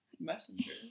Messenger